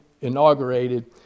inaugurated